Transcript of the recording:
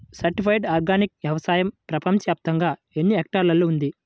Certified organic వ్యవసాయం ప్రపంచ వ్యాప్తముగా ఎన్నిహెక్టర్లలో ఉంది?